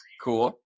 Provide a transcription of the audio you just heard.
Cool